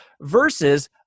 versus